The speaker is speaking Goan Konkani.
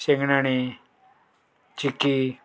शेंगदाणें चिकी